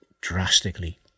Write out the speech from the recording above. drastically